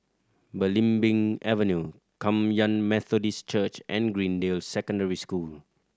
Belimbing Avenue Kum Yan Methodist Church and Greendale Secondary School